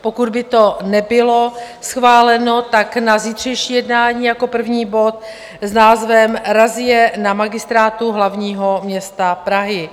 pokud by to nebylo schváleno, tak na zítřejší jednání jako první bod s názvem Razie na Magistrátu hlavního města Prahy.